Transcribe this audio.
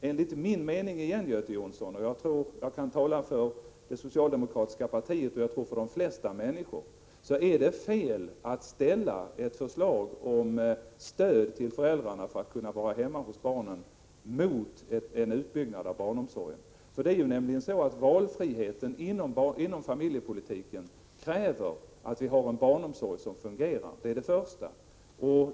Enligt min mening, Göte Jonsson, — jag tror jag kan tala för det socialdemokratiska partiet och för de flesta människor — är det fel att ställa ett förslag om stöd till föräldrarna för att kunna vara hemma hos barnen mot en utbyggnad av barnomsorgen. Först och främst kräver valfriheten inom familjepolitiken att vi har en barnomsorg som fungerar.